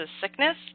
sickness